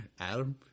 Adam